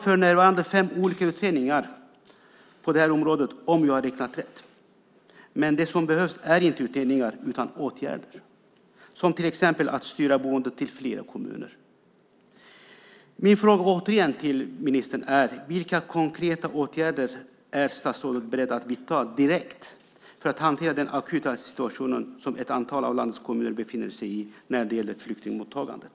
För närvarande pågår fem olika utredningar på det här området om jag har räknat rätt. Men det som behövs är inte utredningar utan åtgärder som till exempel att styra boende till fler kommuner. Min fråga till ministern är återigen: Vilka konkreta åtgärder är statsrådet beredd att vidta direkt för att hantera den akuta situation som ett antal av landets kommuner befinner sig i när det gäller flyktingmottagandet?